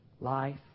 life